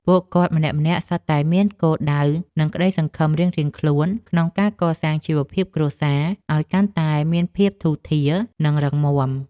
ពួកគាត់ម្នាក់ៗសុទ្ធតែមានគោលដៅនិងក្ដីសង្ឃឹមរៀងៗខ្លួនក្នុងការកសាងជីវភាពគ្រួសារឱ្យកាន់តែមានភាពធូរធារនិងរឹងមាំ។